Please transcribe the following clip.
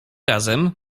razem